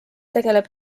tegeleb